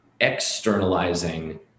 externalizing